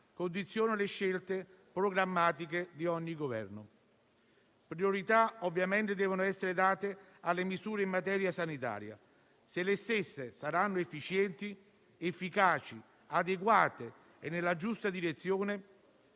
condiziona le scelte programmatiche di ogni Governo. Priorità ovviamente deve essere data alle misure in materia sanitaria. Se le stesse saranno efficienti, efficaci, adeguate e orientate nella giusta direzione,